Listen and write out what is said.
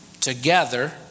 together